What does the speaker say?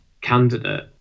candidate